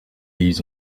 ils